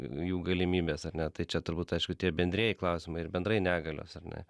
jų galimybės ar ne tai čia turbūt aišku tie bendrieji klausimai ir bendrai negalios ar ne